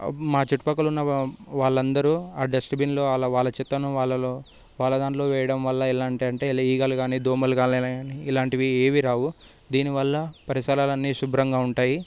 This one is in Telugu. మా చుట్టుపక్కల ఉన్న వాళ్ళందరూ ఆ డస్ట్బిన్లో వాళ్ళ చెత్తను వాళ్ళలో వాళ్ళదాంట్లో వేయడం వల్ల ఎలాంటి అంటే ఎ ఈగలు కాని దోమలు కాని ఇలాంటివి ఏవి రావు దీనివల్ల పరిసరాలన్నీ శుభ్రంగా ఉంటాయి